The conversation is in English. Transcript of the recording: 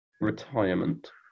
Retirement